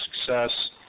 success